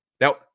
Now